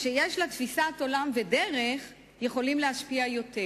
שיש לה תפיסת עולם ודרך, יכולים להשפיע יותר,